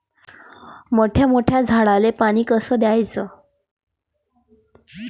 मोठ्या मोठ्या झाडांले पानी कस द्याचं?